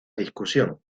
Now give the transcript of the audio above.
discusión